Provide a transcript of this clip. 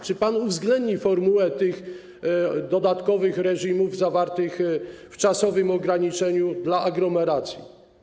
Czy uwzględni pan formułę tych dodatkowych reżimów zawartych w czasowym ograniczeniu dla aglomeracji?